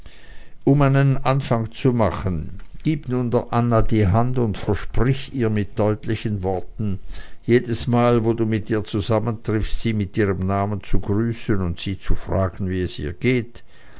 um einen anfang zu machen gib nun der anna die hand und versprich ihr mit deutlichen worten jedesmal wo du mit ihr zusammentriffst sie mit ihrem namen zu grüßen und sie zu fragen wie es ihr geht